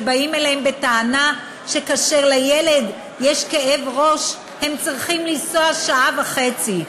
שבאים אליהם בטענה שכאשר לילד יש כאב ראש הם צריכים לנסוע שעה וחצי.